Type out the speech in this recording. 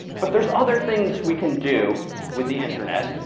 but there's other things we can do with the internet.